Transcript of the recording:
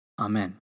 Amen